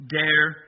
dare